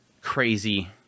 crazy